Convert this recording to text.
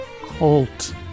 Colt